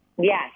Yes